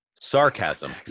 sarcasm